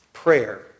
Prayer